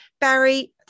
Barry